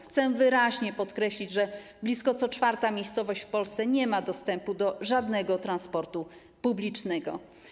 Chcę wyraźnie podkreślić, że blisko co czwarta miejscowość w Polsce nie ma dostępu do żadnego transportu publicznego.